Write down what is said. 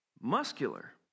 muscular